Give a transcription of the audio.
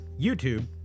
YouTube